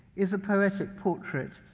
is a poetic portrait,